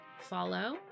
follow